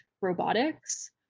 robotics